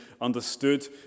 understood